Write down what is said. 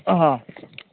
હા